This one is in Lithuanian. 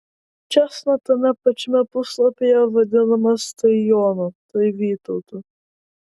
čėsna tame pačiame puslapyje vadinamas tai jonu tai vytautu